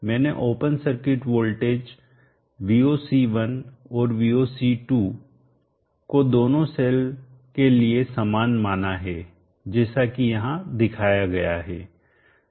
मैंने open circuit voltage VOC1 और VOC2 को दोनों सेल्स के लिए समान माना है जैसा कि यहां दिखाया गया है